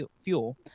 fuel